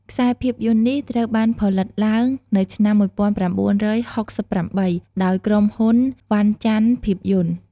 ខ្សែភាពយន្តនេះត្រូវបានផលិតឡើងនៅឆ្នាំ ១៩៦៨ ដោយក្រុមហ៊ុន វណ្ណចន្ទភាពយន្ត ។